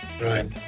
Right